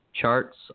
charts